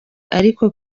ariko